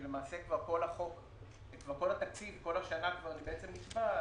כשלמעשה כל השנה כבר נקבעת,